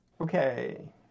okay